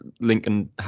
Lincoln